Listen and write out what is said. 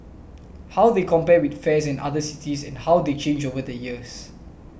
how they compare with fares in other cities and how they change over the years